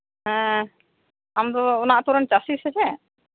ᱦᱮᱸ ᱟᱢ ᱫᱚ ᱚᱱᱟ ᱟᱹᱛᱩ ᱨᱮᱱ ᱪᱟᱹᱥᱤ ᱥᱮ ᱪᱮᱫ